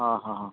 ᱦᱮᱸ ᱦᱮᱸ